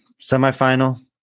semifinal